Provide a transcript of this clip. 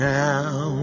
now